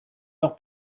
heure